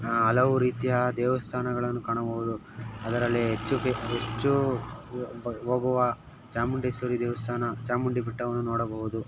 ಹಲವು ರೀತಿಯ ದೇವಸ್ಥಾನಗಳನ್ನು ಕಾಣಬಹುದು ಅದರಲ್ಲಿ ಹೆಚ್ಚು ಫೆ ಹೆಚ್ಚು ಹೋಗುವ ಚಾಮುಂಡೇಶ್ವರಿ ದೇವಸ್ಥಾನ ಚಾಮುಂಡಿ ಬೆಟ್ಟವನ್ನು ನೋಡಬಹುದು